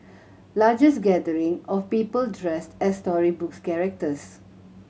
largest gathering of people dressed as storybook characters